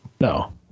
no